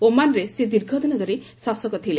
ଓମାନରେ ସେ ଦୀର୍ଘ ଦିନ ଧରି ଶାସକ ଥିଲେ